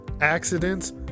Accidents